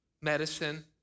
medicine